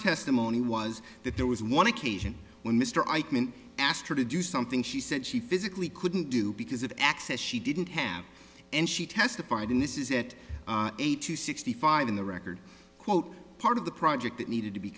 testimony was that there was one occasion when mr eichmann asked her to do something she said she physically couldn't do because of access she didn't have any she testified in this is it eight to sixty five in the record quote part of the project that needed to be